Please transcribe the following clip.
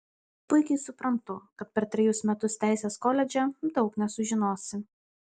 puikiai suprantu kad per trejus metus teisės koledže daug nesužinosi